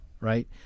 right